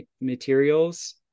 materials